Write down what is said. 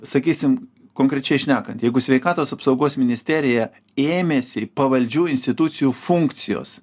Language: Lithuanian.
sakysim konkrečiai šnekant jeigu sveikatos apsaugos ministerija ėmėsi pavaldžių institucijų funkcijos